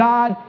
God